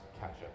ketchup